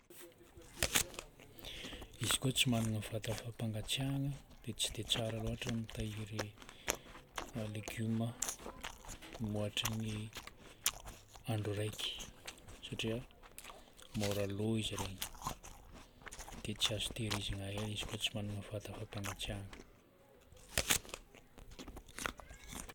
Izy koa tsy magnana vata fampangatsiahagna dia tsy dia tsara loatra mitahiry legioma mihoatra ny andro raiky satria môra lo izy iregny. Dia tsy azo tehirizina ela izy koa tsy magnana vata fampangatsiahagna.